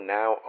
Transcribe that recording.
now